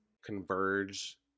converge